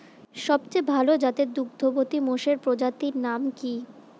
সবচেয়ে ভাল জাতের দুগ্ধবতী মোষের প্রজাতির নাম কি?